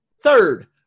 Third